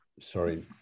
Sorry